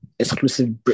exclusive